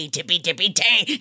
Tippy-tippy-tay